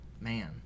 man